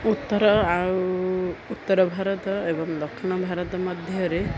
ଉତ୍ତର ଆଉ ଉତ୍ତର ଭାରତ ଏବଂ ଦକ୍ଷିଣ ଭାରତ ମଧ୍ୟରେ